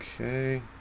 Okay